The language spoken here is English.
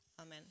amen